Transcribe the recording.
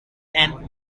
and